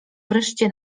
wreszcie